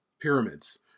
pyramids